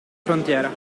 frontiera